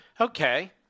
Okay